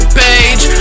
page